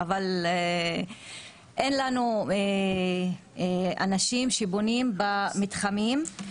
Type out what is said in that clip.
אין לנו אנשים שבונים במתחמים.